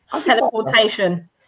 Teleportation